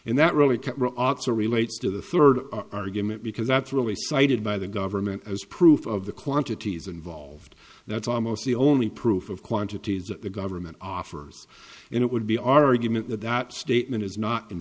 and that really azza relates to the third argument because that's really cited by the government as proof of the quantities involved that's almost the only proof of quantities that the government offers and it would be our argument that that statement is not in